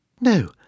No